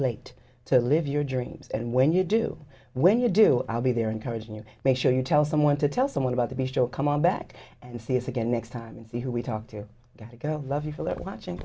late to live your dreams and when you do when you do i'll be there encouraging you make sure you tell someone to tell someone about the beast oh come on back and see us again next time and see who we talk to you get to go love you feel that watching